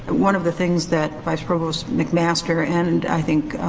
one of the things that vice provost mcmaster and, i think,